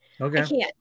okay